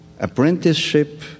Apprenticeship